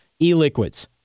e-liquids